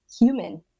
human